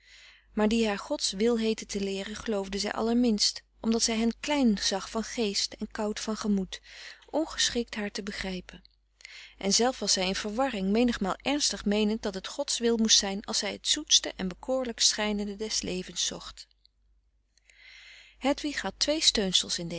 maar die haar god's wil heetten te leeren geloofde zij allerminst omdat zij hen klein zag van geest en koud van gemoed ongeschikt haar te begrijpen en zelf was zij in verwarring menigmaal ernstig meenend dat het god's wil moest zijn als zij het zoetste en bekoorlijkst schijnende des levens zocht frederik van eeden van de koele meren des doods hedwig had twee steunsels in